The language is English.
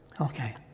Okay